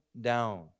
down